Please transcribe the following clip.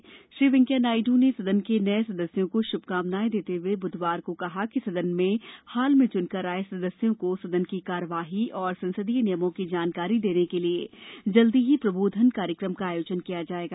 राज्यसभा के सभापति एम वेंकैया नायडू ने सदन के नए सदस्यों को शुभकामनायें देते हुए बुधवार को कहा कि सदन में हाल में चुनकर आये सदस्यों को सदन की कार्यवाही और संसदीय नियमों की जानकारी देने के लिए जल्दी ही प्रबोधन कार्यक्रम का आयोजन किया जाएगा